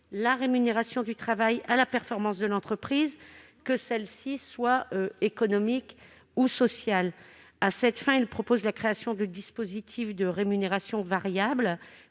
la rémunération du travail à la performance de l'entreprise, qu'elle soit économique ou sociale. À cette fin, il propose la création de dispositifs de rémunération variable